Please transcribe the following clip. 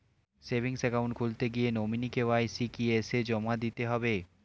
Savings account খুলতে গিয়ে nominee KYC কি এসে জমা দিতে হবে?